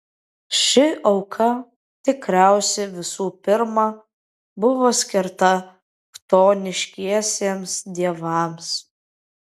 ši auka tikriausiai visų pirma buvo skirta chtoniškiesiems dievams